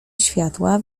światła